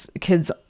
kids